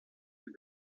donc